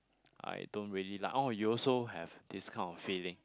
I don't really like oh you also have this kind of feeling